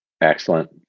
excellent